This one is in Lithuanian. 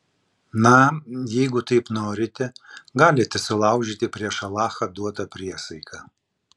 na jeigu taip norite galite sulaužyti prieš alachą duotą priesaiką